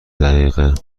دقیقه